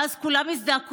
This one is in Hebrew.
ואז כולם יזדעקו,